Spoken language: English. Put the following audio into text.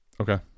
okay